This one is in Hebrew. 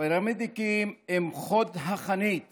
הפרמדיקים הם חוד החנית